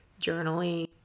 journaling